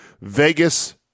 Vegas